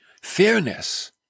fairness